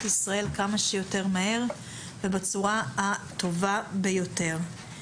ישראל כמה שיותר מהר ובצורה הטובה ביותר.